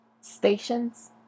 stations